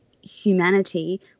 humanity